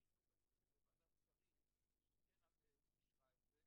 לכן נראה היה שאם כבר מקבלים את מלוא הפיצויים ממדינת ישראל,